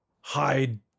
hide